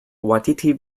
waikiki